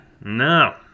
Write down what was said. No